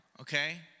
okay